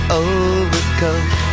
overcoat